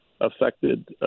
affected